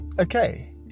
okay